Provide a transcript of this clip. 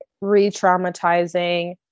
re-traumatizing